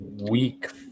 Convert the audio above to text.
Week